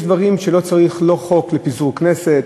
יש דברים שלא צריך לא חוק לפיזור כנסת,